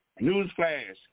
Newsflash